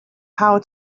how